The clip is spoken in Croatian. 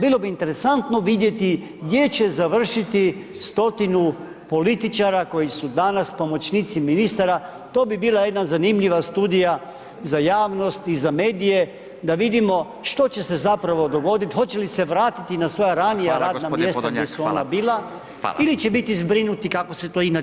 Bilo bi interesantno vidjeti gdje će završiti 100-tinu političara koji su danas pomoćnici ministara, to bi bila jedna zanimljiva studija za javnost i za medije, da vidimo što će se zapravo dogodit hoće li se vratiti na svoja ranija radna mjesta gdje su oni [[Upadica: Hvala gospodine Podolnjak.]] gdje su ona bila ili će biti zbrinuti kako se to inače radi.